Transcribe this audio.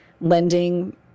lending